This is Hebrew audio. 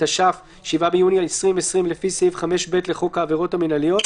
התש"ף (7 ביוני 2020) לפי סעיף 5(ב) לחוק העבירות המינהליות,